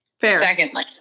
Secondly